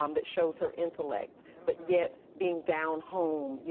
um that shows her intellect but yet being down home, you